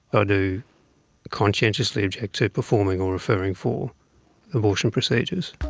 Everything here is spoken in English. ah do conscientiously object to performing or referring for abortion procedures.